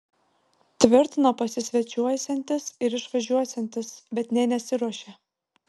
tvirtino pasisvečiuosiantis ir išvažiuosiantis bet nė nesiruošė